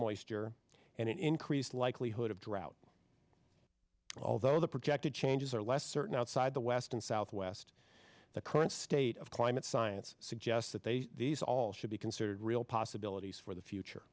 moisture and an increased likelihood of drought although the projected changes are less certain outside the west and southwest the current state of climate science suggests that they these all should be considered real possibilities for the future